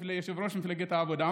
יושבת-ראש מפלגת העבודה,